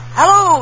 Hello